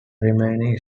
remaining